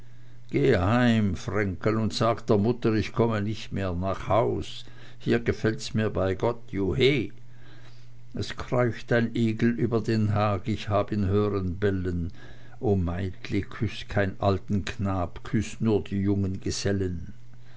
heim vrenggel und sag der mutter ich komme nicht mehr nach haus hier gefällt's mir bei gott juchhei es kreucht ein igel über den hag ich hab ihn hören bellen o meitli küß kein alten knab küß nur die jungen gesellen